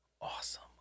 Awesome